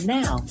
now